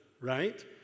right